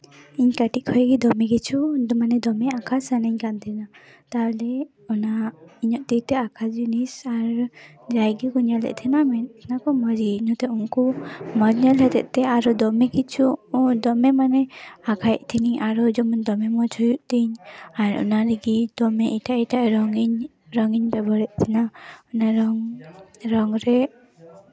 ᱤᱧ ᱠᱟᱹᱴᱤᱡ ᱠᱷᱚᱡ ᱜᱮ ᱫᱚᱢᱮ ᱠᱤᱪᱷᱩ ᱫᱚᱢᱮ ᱢᱟᱱᱮ ᱟᱸᱠᱟᱣ ᱥᱟᱱᱟᱧ ᱠᱟᱱ ᱛᱟᱦᱮᱱᱟ ᱛᱟᱦᱞᱮ ᱤᱧᱟᱹᱜ ᱛᱤᱛᱮ ᱟᱸᱠᱟ ᱡᱤᱱᱤᱥ ᱟᱨ ᱡᱟᱦᱟᱸᱭ ᱜᱮᱠᱚ ᱧᱮᱞᱮᱫ ᱛᱟᱦᱮᱱᱟ ᱢᱮᱱᱮᱫ ᱛᱟᱦᱱᱮ ᱢᱟᱭᱨᱤ ᱱᱩᱭ ᱫᱚ ᱩᱱᱠᱩ ᱵᱟᱝ ᱧᱮᱞ ᱦᱚᱛᱮᱜ ᱛᱮ ᱟᱨᱚ ᱫᱚᱢᱮ ᱠᱤᱪᱷᱩ ᱫᱚᱢᱮ ᱢᱟᱱᱮ ᱟᱸᱠᱟᱭᱮᱜ ᱛᱟᱦᱮᱱᱤᱧ ᱟᱨ ᱡᱮᱢᱚᱱ ᱫᱚᱢᱮ ᱢᱚᱡᱽ ᱦᱩᱭᱩᱜ ᱛᱤᱧ ᱟᱨ ᱚᱱᱟ ᱞᱟᱹᱜᱤᱫ ᱫᱚᱢᱮ ᱮᱴᱟᱜ ᱮᱴᱟᱜ ᱨᱚᱝ ᱤᱧ ᱨᱚᱝ ᱤᱧ ᱵᱮᱵᱚᱦᱟᱨᱮᱜ ᱛᱟᱦᱮᱱᱟ ᱚᱱᱟ ᱨᱚᱝ ᱨᱚᱝ ᱨᱮ